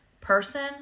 person